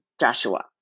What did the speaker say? Joshua